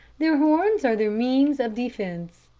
their horns are their means of defense.